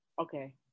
Okay